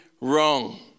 wrong